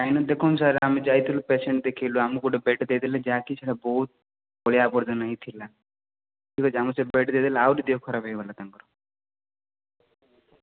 କାହିଁକି ନା ଦେଖନ୍ତୁ ସାର୍ ଆମେ ଯାଇଥିଲୁ ପେସେଣ୍ଟ ଦେଖେଇଲୁ ଆମକୁ ଗୋଟେ ବେଡ଼୍ ଦେଇ ଦେଲେ ଯାହାକି ସେଇଟା ବହୁତ ଅଳିଆ ଆବର୍ଜନା ହେଇଥିଲା ମୋତେ ଲାଗୁଛି ସେଇ ବେଡ଼୍ ଦେଇ ଦେଲେ ଆହୁରି ଦେହ ଖରାପ ହେଇଗଲା ତାଙ୍କର